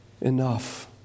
enough